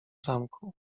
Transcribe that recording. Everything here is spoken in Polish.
zamku